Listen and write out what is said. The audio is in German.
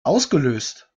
ausgelöst